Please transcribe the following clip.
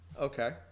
Okay